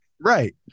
right